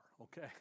okay